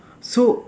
so